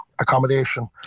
accommodation